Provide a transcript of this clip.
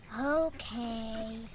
Okay